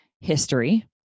history